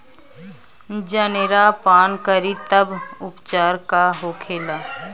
जनेरा पान करी तब उपचार का होखेला?